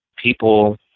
people